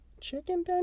chicken